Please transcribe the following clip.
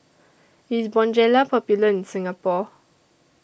IS Bonjela Popular in Singapore